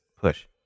push